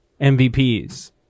MVPs